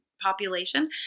population